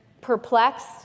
perplexed